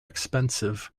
expensive